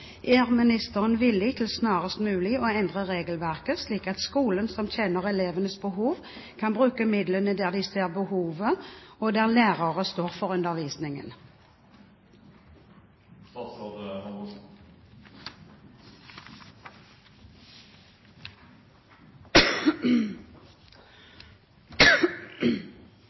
Er statsråden villig til snarest mulig å endre regelverket slik at skolen, som kjenner elevenes behov, kan bruke midlene der de ser behovet, og der lærere står for undervisningen?»